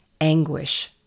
anguish